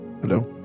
Hello